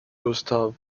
gustaf